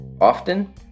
Often